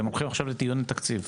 אתם הולכים עכשיו לדיון תקציב,